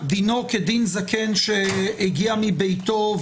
דינו כדין זקן שהגיע מביתו?